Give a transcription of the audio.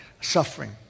suffering